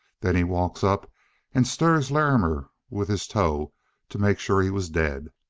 then he walks up and stirs larrimer with his toe to make sure he was dead.